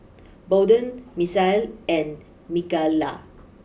Bolden Misael and Micayla